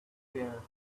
there